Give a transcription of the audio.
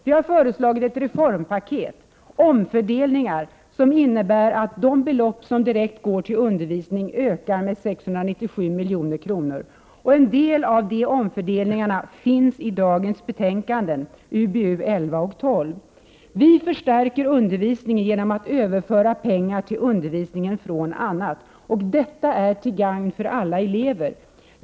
Vi har föreslagit ett reformpaket, omfördelningar som innebär att de belopp som direkt går till undervisning ökar med 697 milj.kr. — en del av dessa omfördelningar finns i dagens betänkanden, UbU1ll och 12. Vi förstärker undervisningen genom att överföra pengar till undervisningen från annat, och detta är till gagn för alla elever.